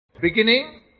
beginning